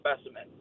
specimen